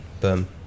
Boom